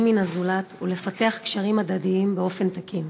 מן הזולת ולפתח קשרים הדדיים באופן תקין.